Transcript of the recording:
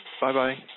Bye-bye